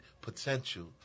potential